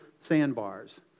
sandbars